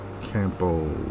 campo